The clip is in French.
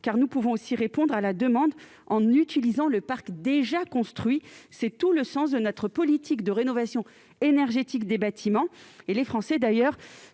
nous pouvons aussi répondre à la demande en utilisant le parc déjà construit : c'est tout le sens de notre politique de rénovation énergétique des bâtiments. D'ailleurs,